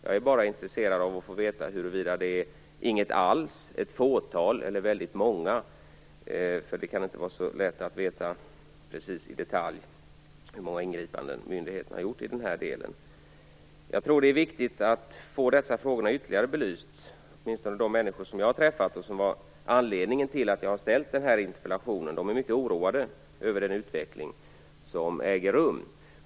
Jag är bara intresserad av att få veta huruvida det är inget alls, ett fåtal eller väldigt många. Det kan inte vara så lätt att veta i detalj hur många ingripanden myndigheten har gjort i den här delen. Jag tror att det är viktigt att dessa frågor belyses ytterligare. Åtminstone de människor som jag har träffat och som var anledningen till att jag ställde den här interpellationen är mycket oroade över den utveckling som äger rum.